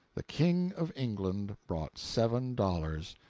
the king of england brought seven dollars,